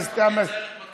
הסתכלתי עליך